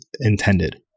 intended